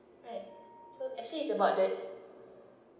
eh so actually is about it